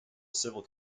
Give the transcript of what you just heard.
civil